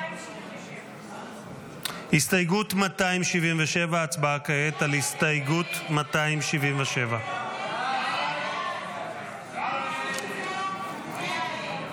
277. הסתייגות 277. הצבעה כעת על הסתייגות 277. הסתייגות 277 לא נתקבלה.